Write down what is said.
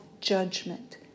judgment